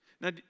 Now